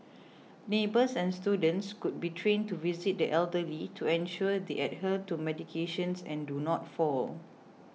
neighbours and students could be trained to visit the elderly to ensure they adhere to medication and do not fall